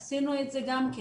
עשינו את זה גם כן.